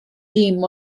dim